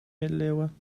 middeleeuwen